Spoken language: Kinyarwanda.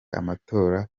amatora